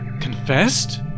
Confessed